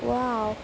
wow